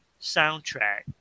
soundtrack